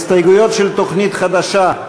הסתייגויות של תוכנית חדשה,